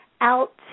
out